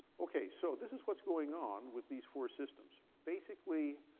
okay, so this is what's going on with these four systems. basically